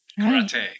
Karate